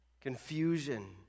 Confusion